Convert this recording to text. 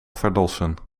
verlossen